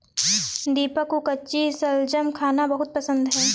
दीपक को कच्ची शलजम खाना बहुत पसंद है